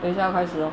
等一下开始 lor